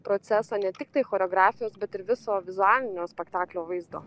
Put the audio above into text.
proceso ne tiktai choreografijos bet ir viso vizualinio spektaklio vaizdo